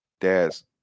dad's